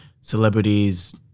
celebrities